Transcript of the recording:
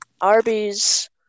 Arby's